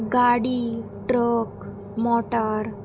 गाडी ट्रक मोटार